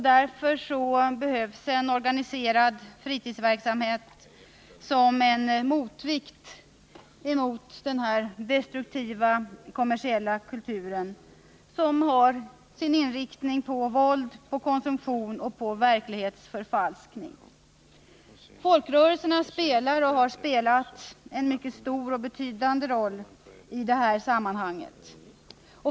Därför behövs en organiserad fritidsverksamhet som motvikt mot den här destruktiva kommersiella kulturen med sin inriktning på våld, konsumtion och verklighetsförfalskning. Folkrörelserna spelar och har spelat en mycket stor och betydande roll i detta sammanhang.